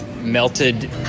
melted